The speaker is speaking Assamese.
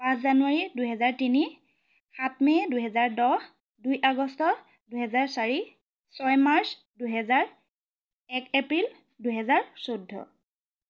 পাঁচ জানুৱাৰী দুহেজাৰ তিনি সাত মে দুহেজাৰ দহ দুই আগষ্ট দুহেজাৰ চাৰি ছয় মাৰ্চ দুহেজাৰ এক এপ্ৰিল দুহেজাৰ চৈধ্য